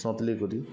ସନ୍ତୁଲି କରି